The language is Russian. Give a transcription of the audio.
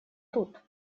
тут